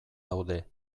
daude